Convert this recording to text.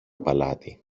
παλάτι